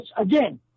again